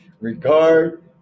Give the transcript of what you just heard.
Regard